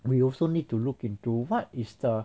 we also need to look into what is the